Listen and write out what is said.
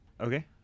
Okay